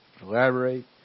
elaborate